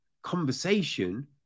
conversation